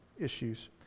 issues